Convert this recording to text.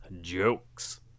jokes